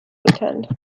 attend